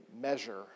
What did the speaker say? measure